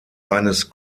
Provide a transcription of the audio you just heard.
eines